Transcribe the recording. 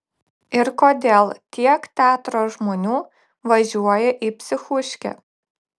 ir kodėl tiek teatro žmonių važiuoja į psichuškę